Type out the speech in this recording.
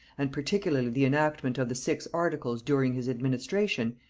and particularly the enactment of the six articles during his administration,